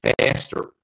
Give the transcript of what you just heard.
faster